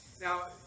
Now